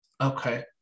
Okay